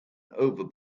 over